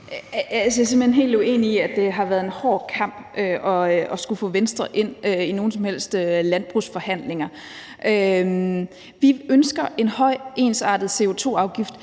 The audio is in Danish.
hen helt uenig i, at det har været en hård kamp at skulle få Venstre ind i nogen som helst landbrugsforhandlinger. Vi ønsker en høj, ensartet CO2-afgift,